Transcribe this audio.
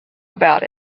about